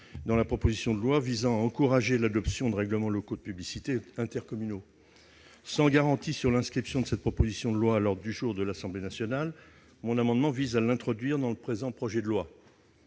dans la proposition de loi visant à encourager l'adoption de règlements locaux de publicité intercommunaux. Sans garantie sur l'inscription de cette proposition de loi à l'ordre du jour de l'Assemblée nationale, mon amendement vise à les introduire dans le présent projet de loi.